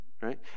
right